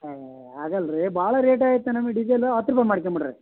ಏ ಆಗಲ್ಲ ರೀ ಭಾಳ ರೇಟ್ ಆಗಿತ್ತು ನಮಗ್ ಡೀಜಲು ಹತ್ತು ರೂಪಾಯಿ ಮಾಡ್ಕಂಬಿಡ್ರಿ